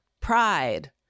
pride